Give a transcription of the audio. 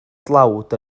dlawd